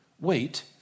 wait